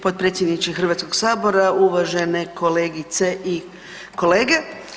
potpredsjedniče Hrvatskoga sabora, uvažene kolegice i kolege.